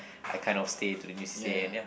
I kind of stay to the new c_c_a and ya